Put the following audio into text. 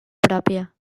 pròpia